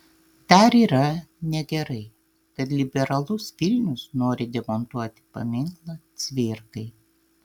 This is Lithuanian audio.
dar yra negerai kad liberalus vilnius nori demontuoti paminklą cvirkai